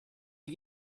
you